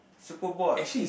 super bored